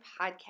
Podcast